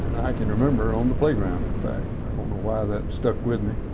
i can remember on the playground in fact. i don't know why that stuck with me,